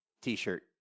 t-shirt